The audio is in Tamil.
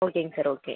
ஓகேங்க சார் ஓகே